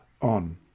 on